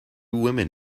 women